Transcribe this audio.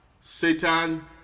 Satan